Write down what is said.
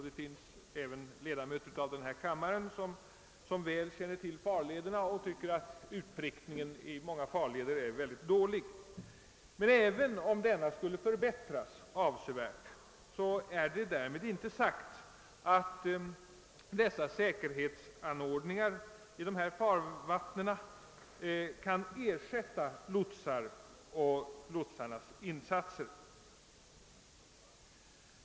Det finns ledamöter av denna kammare som väl känner farlederna och anser att utprickningen på många håll är mycket dålig. Även om den skulle förbättras avsevärt, är det därmed inte sagt att säkerhetsanordningarna i dessa farvatten kan ersätta lotsarnas insatser.